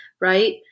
right